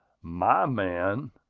my man!